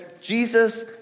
Jesus